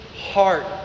heart